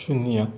शून्य